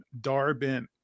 Darbin